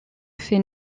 fait